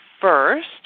first